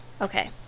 Okay